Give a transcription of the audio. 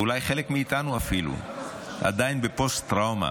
ואולי חלק מאיתנו אפילו עדיין בפוסט-טראומה,